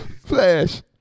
Flash